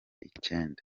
icenda